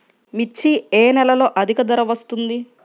మిర్చి ఏ నెలలో అధిక ధర వస్తుంది?